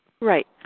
Right